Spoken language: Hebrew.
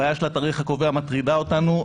הבעיה של התאריך הקובע מטרידה אותנו.